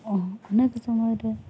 ଓ ଅନେକ ସମୟରେ